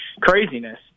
craziness